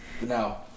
no